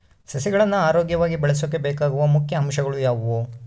ಸಸಿಗಳನ್ನು ಆರೋಗ್ಯವಾಗಿ ಬೆಳಸೊಕೆ ಬೇಕಾಗುವ ಮುಖ್ಯ ಅಂಶಗಳು ಯಾವವು?